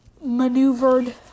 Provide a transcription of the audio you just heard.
maneuvered